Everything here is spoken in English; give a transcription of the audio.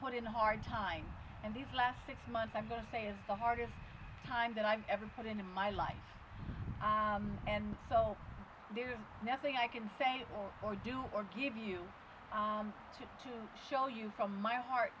put in a hard time and these last six months i'm going to say is the hardest time that i've ever put in in my life and so there is nothing i can say or do or give you to show you from my heart